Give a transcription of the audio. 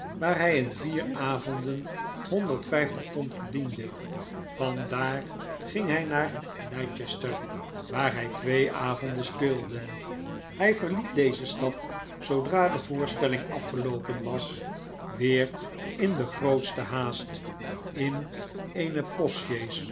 waar hij in vier avonden honderd vh'ftig pond verdiende van daar ging hy naar leicester waar hytwee j avonden speelde hjj verliet deze stad zoodra de voorstelling afgeloopen was wew lfchh i jtfifajih kiriih jozep grimaldi grootste haast in eene post sjees